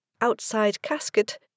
outside-casket